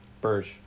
Burge